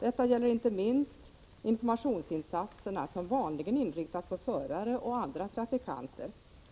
Detta gäller inte minst informationsinsatserna, som vanligen inriktas på förare och andra trafikanter.